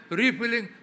refilling